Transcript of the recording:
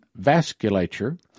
vasculature